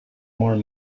more